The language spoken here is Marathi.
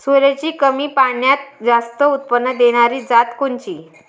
सोल्याची कमी पान्यात जास्त उत्पन्न देनारी जात कोनची?